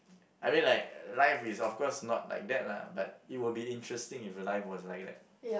I mean like life is of course not like that lah but it will be interesting if your life was like that